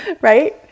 right